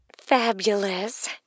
Fabulous